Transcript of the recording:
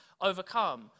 overcome